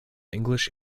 english